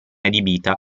adibita